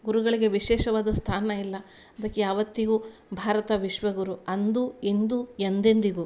ಗುರುಗಳಿಗೆ ವಿಶೇಷವಾದ ಸ್ಥಾನ ಇಲ್ಲ ಅದಕ್ಕೆ ಯಾವತ್ತಿಗು ಭಾರತ ವಿಶ್ವ ಗುರು ಅಂದು ಇಂದು ಎಂದೆಂದಿಗೂ